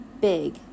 big